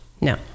no